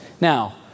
Now